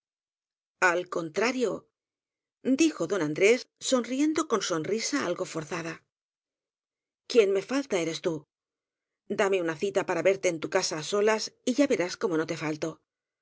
al contrario dijo don andrés sonriendo con sonrisa algo forzada quien me falta eres tú dame una cita para verte en tu casa á solas y ya verás como no te falto